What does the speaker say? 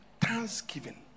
thanksgiving